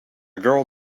girl